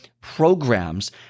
programs